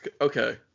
okay